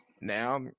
now